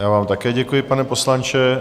Já vám také děkuji, pane poslanče.